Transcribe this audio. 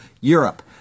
Europe